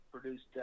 produced –